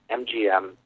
MGM